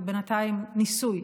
הוא בינתיים ניסוי,